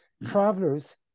Travelers